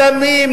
סמים,